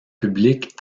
publiques